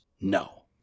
No